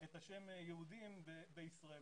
את השם יהודים בישראל.